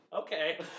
Okay